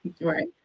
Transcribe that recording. Right